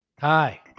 Hi